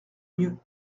mieux